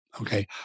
Okay